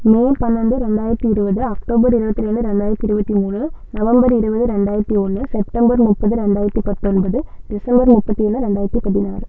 மே பன்னெண்டு ரெண்டாயிரத்தி இருபது அக்டோபர் இருபத்தி ரெண்டு ரெண்டாயிரத்தி இருபத்தி மூணு நவம்பர் இருபது ரெண்டாயிரத்தி ஒன்று செப்டெம்பர் முப்பது ரெண்டாயிரத்தி பத்தொன்பது டிசம்பர் முப்பத்தி ஒன்று ரெண்டாயிரத்தி பதினாறு